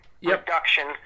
reduction